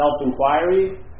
Self-inquiry